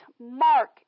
mark